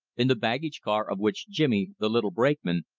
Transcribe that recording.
in the baggage car of which jimmy, the little brakeman,